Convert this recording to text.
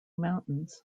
mountains